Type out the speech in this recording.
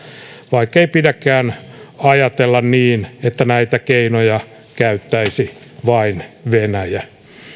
vaikkei pidäkään ajatella niin että näitä keinoja käyttäisi vain venäjä